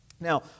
now